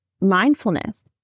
mindfulness